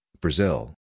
Brazil